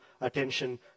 attention